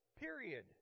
Period